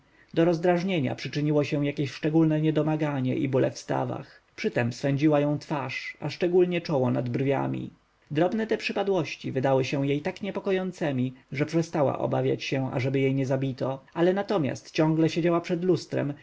do rozdrażnienia przyczyniło się jakieś szczególne niedomaganie i bóle w stawach przytem swędziła ją twarz a szczególnie czoło nad brwiami drobne te przypadłości wydały się jej tak niepokojącemi że przestała obawiać się ażeby jej nie zabito ale natomiast ciągle siedziała przed lustrem